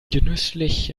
genüsslich